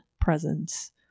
presence